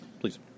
Please